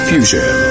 Fusion